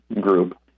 group